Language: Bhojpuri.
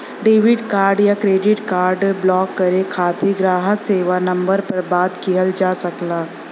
डेबिट कार्ड या क्रेडिट कार्ड ब्लॉक करे खातिर ग्राहक सेवा नंबर पर बात किहल जा सकला